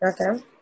Okay